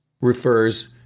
refers